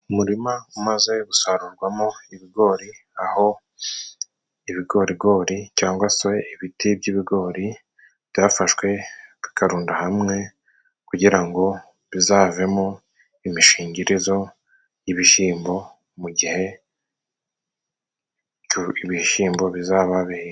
Umurima umaze gu gusarurwamo ibigori. Aho ibigorigori cyangwa se ibiti by'ibigori byafashwe bikarundwa hamwe, kugira ngo bizavemo imishingirizo y'ibishimbo, mu gihe ibishimbo bizaba bihinze.